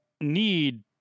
need